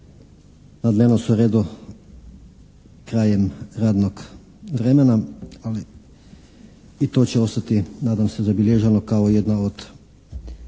na dnevnom su redu krajem radnog vremena, ali i to će ostati nadam se zabilježeno kao jedna od